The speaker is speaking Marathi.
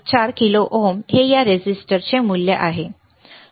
14 किलो ओम हे या रेझिस्टरचे मूल्य आहे बरोबर